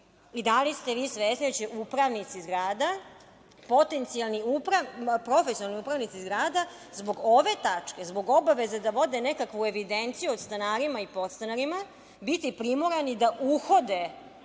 i da li ste vi svesni da će upravnici zgrada potencijalni upravnici, profesionalni upravnici zgrada zbog ove tačke, zbog obaveze da vode nekakvu evidenciju o stanarima i podstanarima, biti primorani da uhode